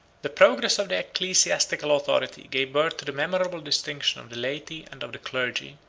the progress of the ecclesiastical authority gave birth to the memorable distinction of the laity and of the clergy,